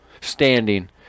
standing